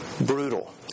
brutal